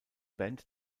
band